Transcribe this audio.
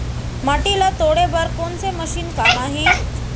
माटी ल तोड़े बर कोन से मशीन काम आही?